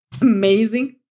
amazing